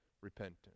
repentance